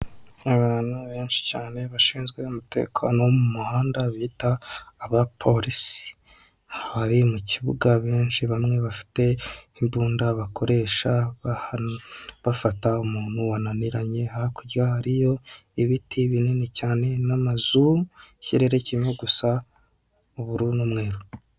Abantu benshi cyane bashinzwe umutekano wo mu muhanda bita abapolisi, hari mu kibuga benshi bamwe bafite imbunda bakoresha bafata umuntu wananiranye, hakurya hariyo ibiti binini cyane n'amazu ikirere kimwe gusa ubururu n'umweru.